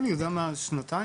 שנתיים-שלוש.